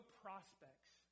prospects